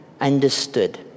understood